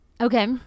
okay